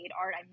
art